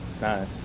Nice